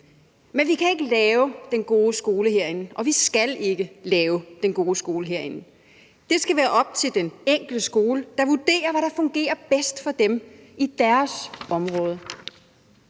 Men vi kan ikke lave den gode skole herindefra, og vi skal ikke lave den gode skole herindefra. Det skal være op til den enkelte skole, der vurderer, hvad der fungerer bedst for dem i deres område.